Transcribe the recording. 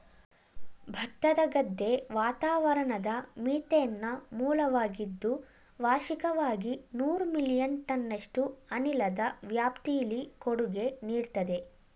ಭತ್ತದ ಗದ್ದೆ ವಾತಾವರಣದ ಮೀಥೇನ್ನ ಮೂಲವಾಗಿದ್ದು ವಾರ್ಷಿಕವಾಗಿ ನೂರು ಮಿಲಿಯನ್ ಟನ್ನಷ್ಟು ಅನಿಲದ ವ್ಯಾಪ್ತಿಲಿ ಕೊಡುಗೆ ನೀಡ್ತದೆ